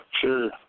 sure